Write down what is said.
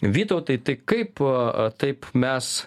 vytautai tai kaip taip mes